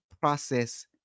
process